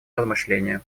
размышлению